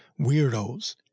weirdos